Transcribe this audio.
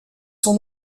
son